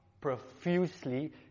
profusely